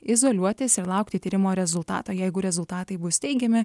izoliuotis ir laukti tyrimo rezultato jeigu rezultatai bus teigiami